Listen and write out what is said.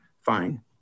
fine